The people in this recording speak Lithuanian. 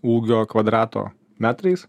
ūgio kvadrato metrais